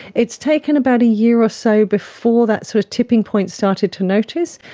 it's taken about a year or so before that sort of tipping point started to notice,